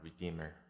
redeemer